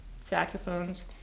saxophones